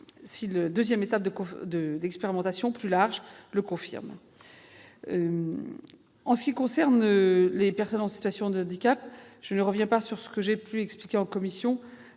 si la deuxième étape de l'expérimentation, plus large, le confirme. S'agissant des personnes en situation de handicap, je ne reviens pas sur ce que j'ai déjà expliqué en commission.